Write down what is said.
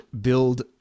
build